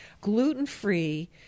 gluten-free